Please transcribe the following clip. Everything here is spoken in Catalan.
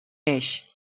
eix